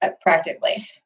practically